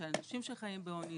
שאנשים שחיים בעוני,